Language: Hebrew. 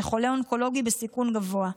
זה חולה אונקולוגי בסיכון גבוה.